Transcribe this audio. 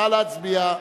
נא להצביע.